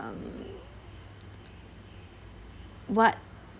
um what